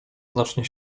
znacznie